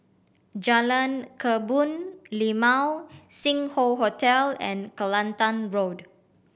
Jalan Kebun Limau Sing Hoe Hotel and Kelantan Road